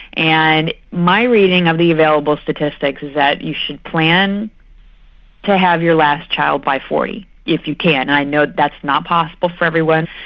and my reading of the available statistics is that you should plan to have your last child by forty if you can, and i know that's not possible for everyone,